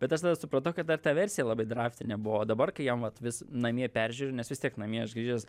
bet aš tada supratau kad dar ta versija labai draftinė buvo o dabar kai jam vat vis namie peržiūriu nes vis tiek namie aš grįžęs